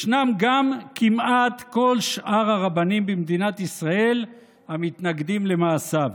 ישנם גם כמעט כל שאר הרבנים במדינת ישראל המתנגדים למעשיו.